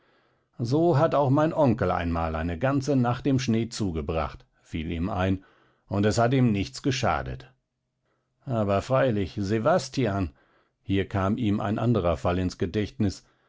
so hat auch mein onkel einmal eine ganze nacht im schnee zugebracht fiel ihm ein und es hat ihm nichts geschadet aber freilich sewastjan hier kam ihm ein anderer fall ins gedächtnis